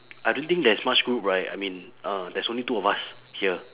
I don't think there's much group right I mean uh there's only two of us here